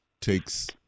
takes